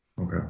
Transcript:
Okay